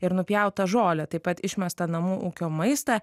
ir nupjautą žolę taip pat išmestą namų ūkio maistą